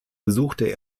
besuchte